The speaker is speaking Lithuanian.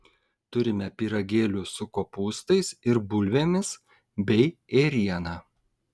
turime pyragėlių su kopūstais ir bulvėmis bei ėriena